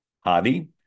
Hadi